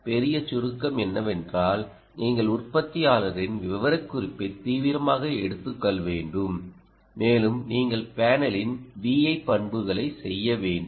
பெரிய சுருக்கம் என்னவென்றால் நீங்கள் உற்பத்தியாளரின் விவரக்குறிப்பை தீவிரமாக எடுத்துக் கொள்ள வேண்டும் மேலும் நீங்கள் பேனலின் VI பண்புகளை செய்ய வேண்டும்